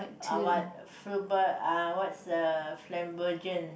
uh what fluba~ uh what's the